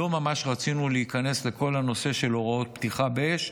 לא ממש רצינו להיכנס לכל הנושא של הוראות פתיחה באש,